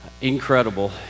incredible